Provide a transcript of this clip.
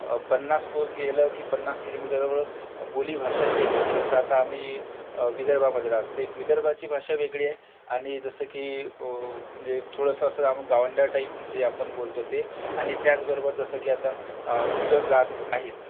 पन्नास कोस गेलं की पन्नास किलोमीटरवर बोलीभाषा चेंज होते जसं आता आम्ही विदर्भामध्ये राहतो तर विदर्भाची भाषा वेगळी आहे आणि जसं की म्हणजे थोडंसं असं गावंढळ टाईप जे आपण बोलतो ते आणि त्याचबरोबर जसं की आता कुठं जात आहेस